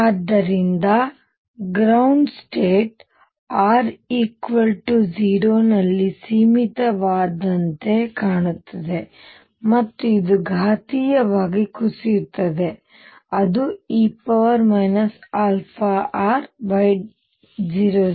ಆದ್ದರಿಂದ ನೆಲದ ಸ್ಥಿತಿಯು r 0 ನಲ್ಲಿ ಸೀಮಿತವಾದಂತೆ ಕಾಣುತ್ತದೆ ಮತ್ತು ಇದು ಘಾತೀಯವಾಗಿ ಕುಸಿಯುತ್ತದೆ ಅದು e αrY00